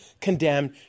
condemned